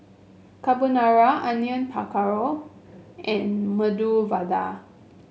Carbonara Onion Pakora and Medu Vada